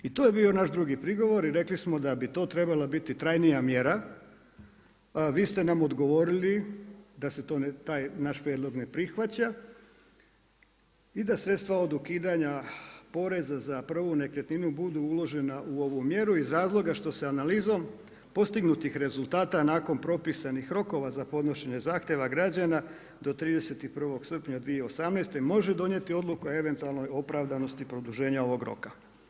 I to je bio naš drugi prigovor i rekli smo da bi to trebalo biti trajnija mjera, a vi ste nam odgovorili da se taj naš prijedlog ne prihvaća i da sredstva od ukidanja poreza za prvu nekretninu budu uložena u ovu mjeru iz razloga što se analizom postignutih rezultata nakon propisanih rokova za podnošenje zahtjeva građana do 31. srpnja 2018. može donijeti odluka o eventualnoj opravdanosti produženja ovog roka.